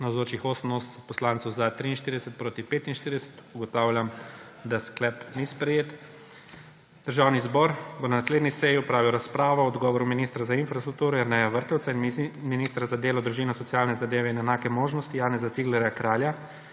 (Za je glasovalo 43.) (Proti 45.) Ugotavljam, da sklep ni sprejet. Državni zbor bo na naslednji seji opravil razpravo o odgovoru ministra za infrastrukturo Jerneja Vrtovca in ministra za delo, družino, socialne zadeve in enake možnosti Janeza Ciglerja Kralja